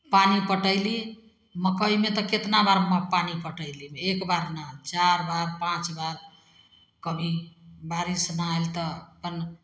पानि पटयली मक्कइमे तऽ कितना बार पानि पटयली एक बार नहि चारि बार पाँच बार कभी बारिश नहि आयल तऽ अपन